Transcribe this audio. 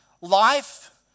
life